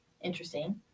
interesting